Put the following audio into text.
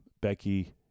Becky